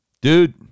Dude